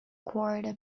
quarter